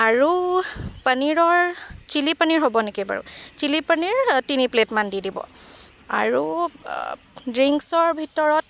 আৰু পনীৰৰ চিলি পানীৰ হ'ব নেকি বাৰু চিলি পনীৰ তিনি প্লেট মান দি দিব আৰু ড্ৰিংকছৰ ভিতৰত